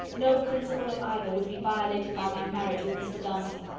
no principle of either would be violated by my marriage with mr. darcy.